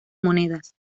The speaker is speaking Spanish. monedas